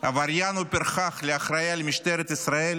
ממנה עבריין ופרחח לאחראי על משטרת ישראל,